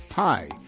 Hi